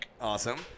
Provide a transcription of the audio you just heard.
awesome